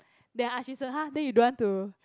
then I ask jun sheng !huh! then you don't want to